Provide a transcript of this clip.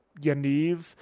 Yaniv